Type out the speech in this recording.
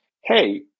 hey